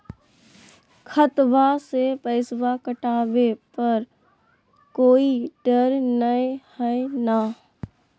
खतबा से पैसबा कटाबे पर कोइ डर नय हय ना?